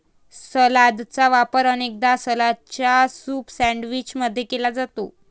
सलादचा वापर अनेकदा सलादच्या सूप सैंडविच मध्ये केला जाते